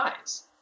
eyes